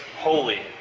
holy